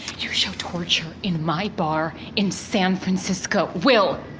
you show torture, in my bar, in san francisco. will,